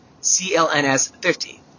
CLNS50